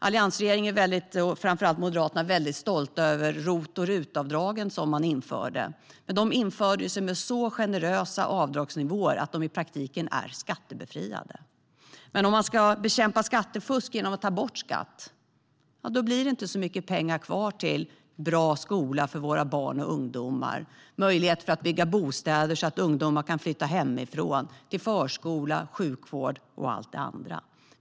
Alliansregeringen, framför allt Moderaterna, var stolta över ROT och RUT-avdragen, men de infördes med så generösa avdragsnivåer att de i praktiken är skattebefriade. Om vi ska bekämpa skattefusk genom att ta bort skatt blir det inte så mycket pengar kvar till bra skola för våra barn och ungdomar, möjlighet att bygga bostäder så att ungdomar kan flytta hemifrån, till förskola, sjukvård och allt det andra.